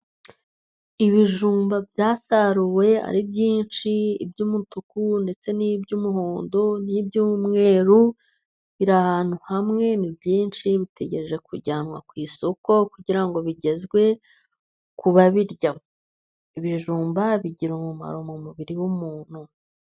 Ibijumba byasaruwe ari byinshi, iby'umutuku ndetse n'iby'umuhondo, n'iby'umweru, biri ahantu hamwe ni byinshi, bitegereje kujyanwa ku isoko, kugira ngo bigezwe ku babirya, ibijumba bigira umumaro mu mubiri w'umuntu.